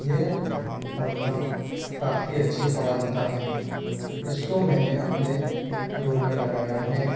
ये पंखा काफ़ी अच्छी हवा देता है इसको मैंने अपने रूम में लगाया है